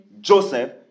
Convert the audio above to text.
Joseph